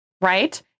right